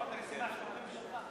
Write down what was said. לפחות אני שמח שהם תומכים בשלך.